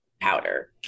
powder